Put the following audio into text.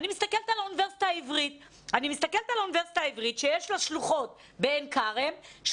יש את האוניברסיטה העברית שיש לה שלוחות בעין כרם,